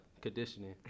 conditioning